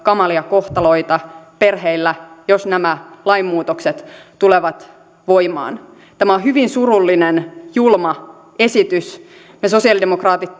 kamalia kohtaloita perheillä jos nämä lainmuutokset tulevat voimaan tämä on hyvin surullinen julma esitys me sosialidemokraatit